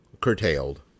curtailed